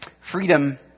freedom